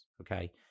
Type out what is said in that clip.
okay